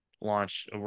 launch